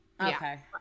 Okay